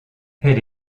elle